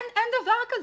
אין דבר כזה.